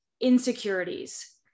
insecurities